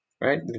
right